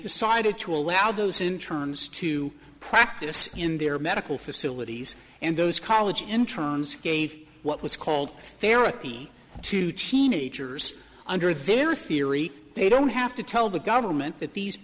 decided to allow those in turns to practice in their medical facilities and those college interns gave what was called therapy to teenagers under their theory they don't have to tell the government that these